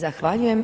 Zahvaljujem.